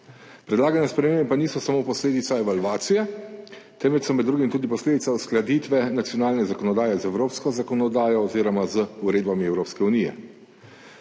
Predlagane spremembe pa niso samo posledica evalvacije, temveč so med drugim tudi posledica uskladitve nacionalne zakonodaje z evropsko zakonodajo oziroma z uredbami Evropske unije.